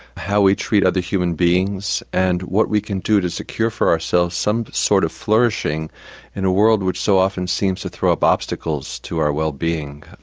how we treat other human beings, and what we can do to secure for ourselves some sort of flourishing in a world which so often seems to throw up obstacles to our wellbeing.